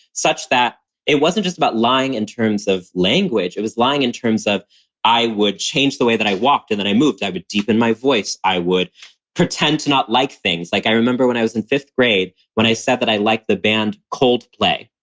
such that it wasn't just about lying in terms of language. it was lying in terms of i would change the way that i walked and that i moved. i would deepen my voice, i would pretend to not like things. like i remember when i was in fifth grade when i said that i like the band coldplay.